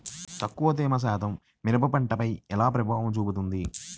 తక్కువ తేమ శాతం మిరప పంటపై ఎలా ప్రభావం చూపిస్తుంది?